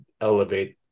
elevate